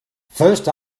first